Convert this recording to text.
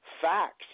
facts